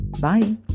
Bye